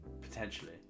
potentially